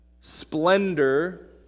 Splendor